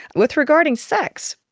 with regarding sex,